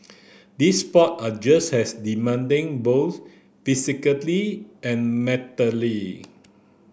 these sport are just as demanding both physically and mentally